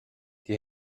die